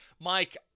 Mike